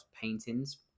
paintings